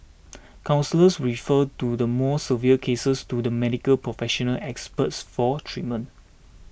counsellors refer do the more severe cases to the Medical Professional Experts for treatment